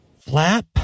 Flap